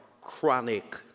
chronic